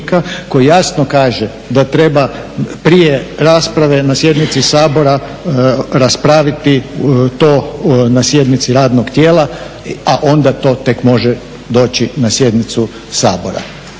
koji jasno kaže da treba prije rasprave na sjednici Sabora raspraviti to na sjednici radnog tijela, a onda to tek može doći na sjednicu Saboru.